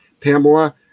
Pamela